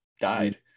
died